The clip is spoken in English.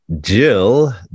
Jill